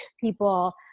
people